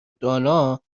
دانا